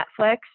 Netflix